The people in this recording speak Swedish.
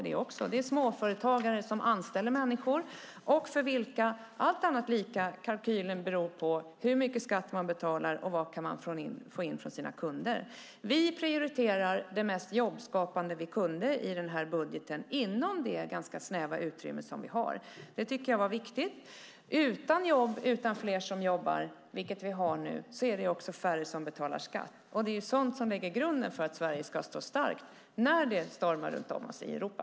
De är småföretagare som anställer människor och för dem beror kalkylen på hur mycket skatt man betalar och vad man kan få in från sina kunder. Vi prioriterade det mest jobbskapande vi kunde i denna budget inom det ganska snäva utrymme som vi har. Det tycker jag var viktigt. Utan jobb och utan fler som jobbar, som läget är nu, är det också färre som betalar skatt. Fler i jobb som betalar skatt lägger grunden för att Sverige ska stå starkt när det stormar runt om i Europa.